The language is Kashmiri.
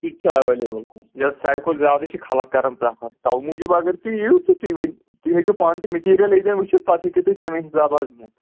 سُہ تہِ چھِ ایویلیبٕل حظ یَس سارِوٕے کھۄتہٕ زیادٕ چھِ خلَق کَران پرٛفَر تَوٕ موٗجوٗب اگر تُہۍ یِیِو تہٕ تُہۍ ؤنِو تُہۍ ہیٚکِو پانہٕ تہِ میٹیٖریَل ییٚتیٚن وُچھِتھ پَتہٕ ہیٚکِو تُہۍ تَمی حِساب حظ نِتھ